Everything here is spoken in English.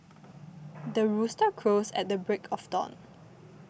the rooster crows at the break of dawn